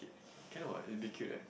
can what it'll be cute eh